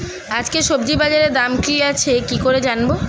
আজকে সবজি বাজারে দাম কি আছে কি করে জানবো?